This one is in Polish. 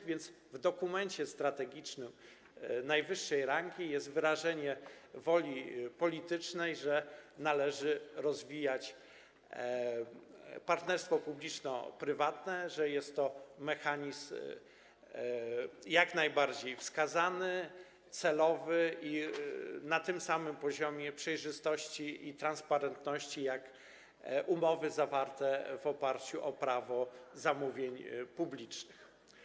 A więc w dokumencie strategicznym najwyższej rangi jest wyrażenie woli politycznej, że należy rozwijać partnerstwo publiczno-prywatne, że jest to mechanizm jak najbardziej wskazany, celowy, że jest na tym samym poziomie przejrzystości i transparentności jak umowy zawarte w oparciu o prawo zamówień publicznych.